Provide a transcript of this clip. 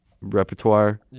repertoire